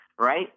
right